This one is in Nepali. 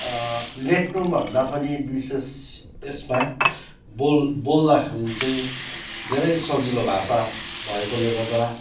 लेख्नुभन्दा पनि विशेष यसमा बोल बोल्दाखेरि चाहिँ धेरै सजिलो भाषा भएकोले गर्दा